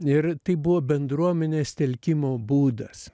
ir tai buvo bendruomenės telkimo būdas